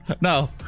no